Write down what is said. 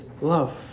love